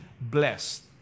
blessed